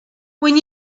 when